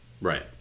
Right